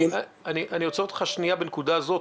אני עוצר אותך לשנייה בנקודה זאת,